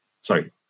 Sorry